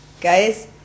Guys